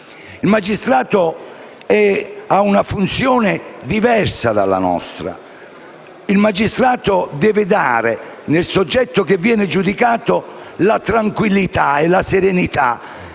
Il magistrato ha una funzione diversa dalla nostra; egli deve dare nel soggetto che viene giudicato la tranquillità, la serenità